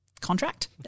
contract